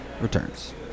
returns